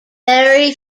very